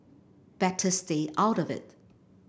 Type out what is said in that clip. better stay out of it